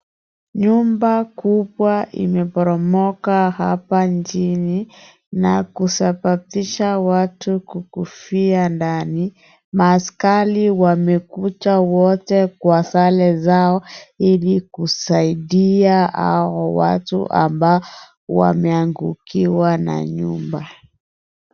Nyumba kubwa imeporomoka hapa mjini na kusababisha watu kukufia ndani. Maaskari wamekuja wote kwa sare zao ili kusaidia hao watu ambao wameangukiwa na nyumba.